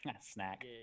Snack